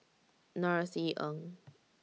Norothy Ng